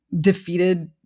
defeated